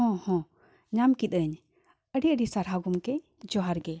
ᱦᱚᱸ ᱦᱚᱸ ᱧᱟᱢ ᱠᱤᱫᱟᱹᱧ ᱟᱹᱰᱤ ᱟᱹᱰᱤ ᱥᱟᱨᱦᱟᱣ ᱜᱚᱢᱠᱮ ᱡᱚᱦᱟᱨ ᱜᱮ